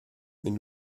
mais